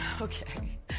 Okay